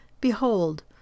Behold